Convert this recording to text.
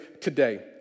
today